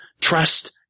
Trust